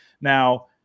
now